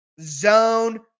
zone